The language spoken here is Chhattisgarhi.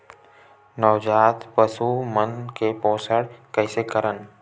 नवजात पशु मन के पोषण कइसे करन?